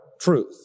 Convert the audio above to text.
truth